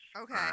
Okay